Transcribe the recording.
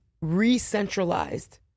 re-centralized